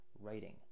writing